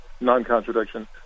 non-contradiction